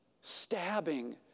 stabbing